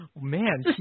man